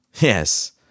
Yes